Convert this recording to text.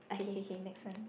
K K K next one